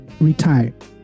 retired